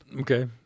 Okay